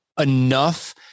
enough